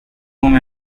room